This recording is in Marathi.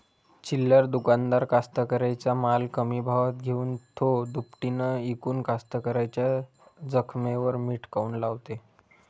चिल्लर दुकानदार कास्तकाराइच्या माल कमी भावात घेऊन थो दुपटीनं इकून कास्तकाराइच्या जखमेवर मीठ काऊन लावते?